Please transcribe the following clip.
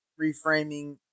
reframing